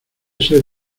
ser